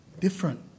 different